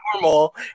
normal